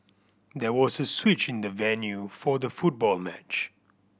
there was a switch in the venue for the football match